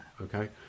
Okay